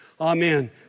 amen